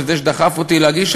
וזה שדחף אותי להגיש,